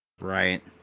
Right